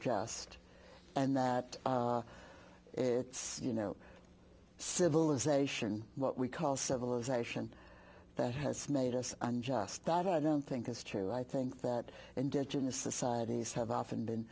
just and that it's you know civilization what we call civilization that has made us unjust that i don't think is true i think that indigenous societies have often been